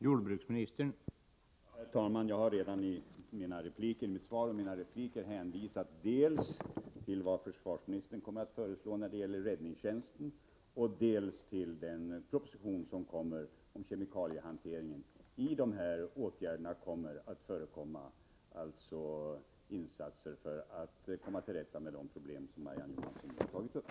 Herr talman! Jag har redan i mitt svar och i mina repliker hänvisat dels till vad försvarsministern kommer att föreslå när det gäller räddningstjänsten, dels till den kommande propositionen om kemikaliehanteringen. Bland dessa åtgärder kommer att finnas insatser för att komma till rätta med de problem som Marie-Ann Johansson har tagit upp.